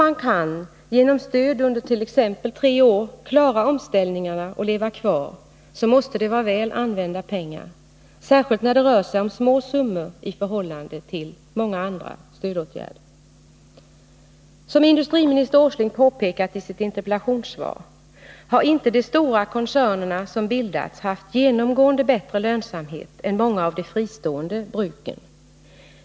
Men om man genom stöd under t.ex. tre år kan klara omställningarna och leva kvar, så måste det vara väl använda pengar — särskilt när det rör sig om små summor i förhållande till många andra stödåtgärder. Som industriminister Åsling påpekat i sitt interpellationssvar har inte de stora koncerner som bildats haft bättre lönsamhet genomgående än många av de fristående bruken.